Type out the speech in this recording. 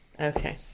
Okay